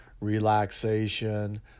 relaxation